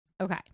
Okay